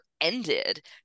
ended